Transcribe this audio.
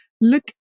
look